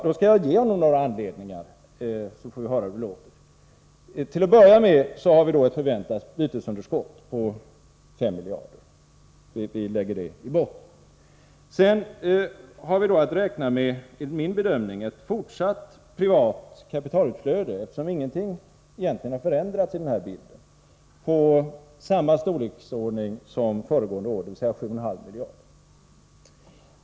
Då skall jag ge finansministern några anledningar, så får vi höra hur det låter. Till att börja med har vi ett förväntat bytesunderskott på 5 miljarder. Vi lägger det i botten. Sedan har vi, enligt min bedömning, att räkna med ett fortsatt privat kapitalutflöde, eftersom ingenting egentligen har förändrats i den här bilden, i samma storleksordning som föregående år, dvs. 7,5 miljarder.